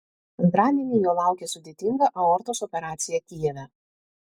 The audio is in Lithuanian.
antradienį jo laukė sudėtinga aortos operacija kijeve